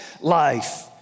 life